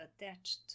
attached